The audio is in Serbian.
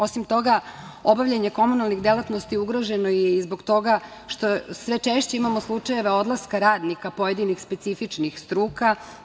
Osim toga, obavljanje komunalnih delatnosti ugroženo je i zbog toga što sve češće imamo slučajeve odlaska radnika pojedinih specifičnih struka.